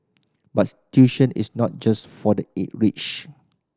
but tuition is not just for the rich